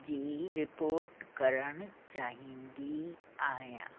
जी report करणु चाहींदी आहियां